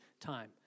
time